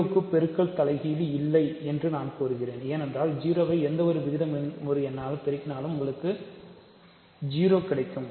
0 க்கு ஒரு பெருக்க தலைகீழ் இல்லை என்று நான் கூறுகிறேன் ஏனென்றால் 0 ஐ எந்த விகிதமுறு எண்ணையும் பெருக்கினால் உங்களுக்கு 0 கிடைக்கும்